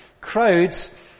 Crowds